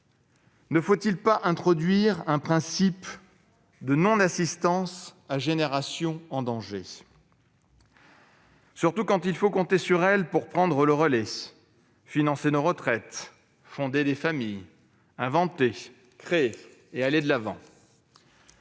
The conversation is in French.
Ne faut-il pas introduire un délit de non-assistance à génération en danger ? Surtout quand il faut compter sur elle pour prendre le relais, financer nos retraites, fonder des familles, inventer, créer et aller de l'avant